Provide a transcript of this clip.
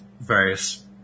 various